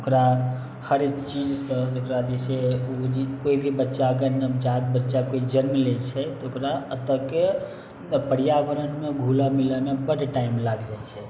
ओकरा हरेक चीजसँ ओकरा जे छै केओ जे बच्चा नवजात बच्चाके जन्म लै छै तऽ ओकरा एतऽके पर्यावरणमे घुलऽ मिलऽमे बड्ड टाइम लागि जाइत छै